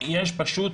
יש פשוט